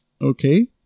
Okay